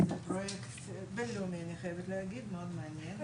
אני חייבת להגיד שזה פרויקט --- מעניין מאוד.